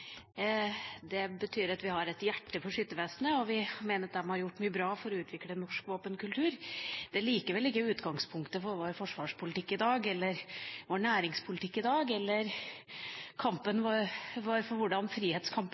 Det betyr at vi har et hjerte for skyttervesenet, og vi mener de har gjort mye bra for å utvikle norsk våpenkultur. Dette er likevel ikke utgangspunktet for vår forsvarspolitikk, vår næringspolitikk eller for hvordan frihetskamper i Norge bør kjempes i dag.